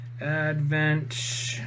Advent